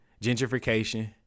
Gentrification